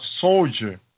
soldier